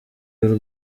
y’u